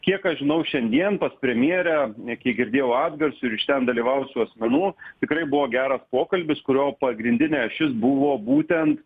kiek aš žinau šiandien pas premjerę kiek girdėjau atgarsių iš ten dalyvavusių asmenų tikrai buvo geras pokalbis kurio pagrindinė ašis buvo būtent